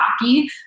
rocky